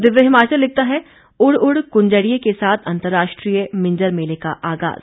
दिव्य हिमाचल लिखता है उड़ उड़ कुंजड़ियेके साथ अंतर्राष्ट्रीय मिंज़र मेले का आगाज़